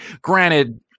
granted